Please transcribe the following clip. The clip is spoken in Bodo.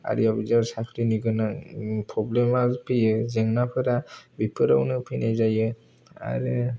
आरियाव बिदियाव साख्रिनि गोनां प्रब्लेम आ फैयो जेंनाफोरा बेफोरावनो फैनाय जायो आरो